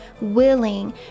willing